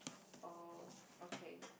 oh okay